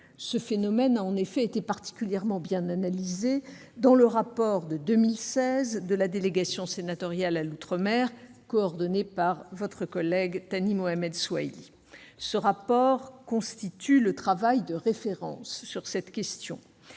ce phénomène a été particulièrement bien analysé dans le rapport de 2016 de la délégation sénatoriale aux outre-mer, coordonné par votre collègue Thani Mohamed Soilihi. Ce rapport constitue le travail de référence sur cette question.